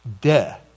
de